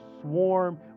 swarm